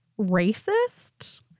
racist